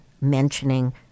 mentioning